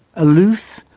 aloof,